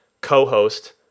co-host